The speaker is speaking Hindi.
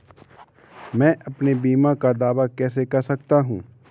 मैं अपने बीमा का दावा कैसे कर सकता हूँ?